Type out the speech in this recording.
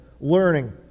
learning